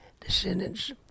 descendants